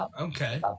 okay